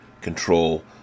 control